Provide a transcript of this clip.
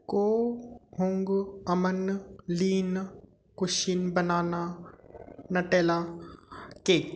को हुंग अमन लीन कुशन बनाना नटेला केक